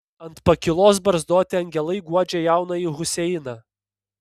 ant pakylos barzdoti angelai guodžia jaunąjį huseiną